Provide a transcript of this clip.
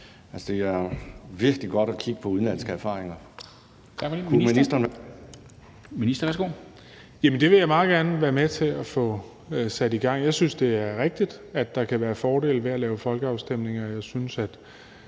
Det er virkelig godt at kigge på udenlandske erfaringer.